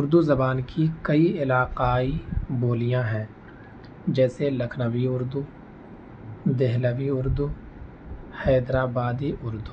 اردو زبان کی کئی علاقائی بولیاں ہیں جیسے لکھنوی اردو دہلوی اردو حیدرآبادی اردو